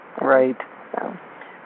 Right